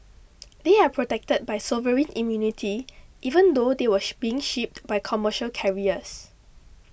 they are protected by sovereign immunity even though they were being shipped by commercial carriers